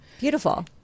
Beautiful